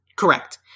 Correct